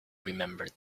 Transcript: remembered